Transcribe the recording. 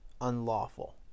unlawful